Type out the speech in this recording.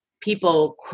people